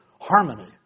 harmony